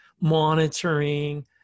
monitoring